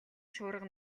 шуурга